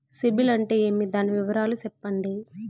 సిబిల్ అంటే ఏమి? దాని వివరాలు సెప్పండి?